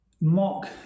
mock